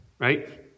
right